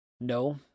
No